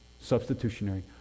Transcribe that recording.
Substitutionary